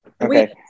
Okay